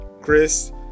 Chris